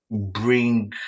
bring